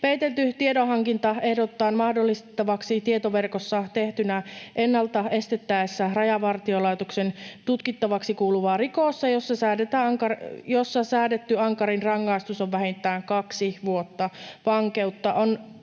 Peitelty tiedonhankinta ehdotetaan mahdollistettavaksi tietoverkossa tehtynä ennalta estettäessä Rajavartiolaitoksen tutkittavaksi kuuluvaa rikosta, josta säädetty ankarin rangaistus on vähintään kaksi vuotta vankeutta. On